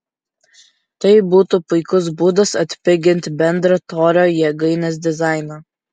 tai būtų puikus būdas atpigint bendrą torio jėgainės dizainą